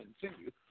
continue